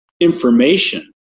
information